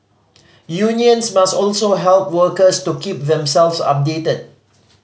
unions must also help workers to keep themselves updated